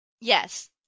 Yes